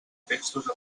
textos